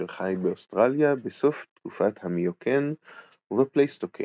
אשר חי באוסטרליה בסוף תקופת המיוקן ובפלייסטוקן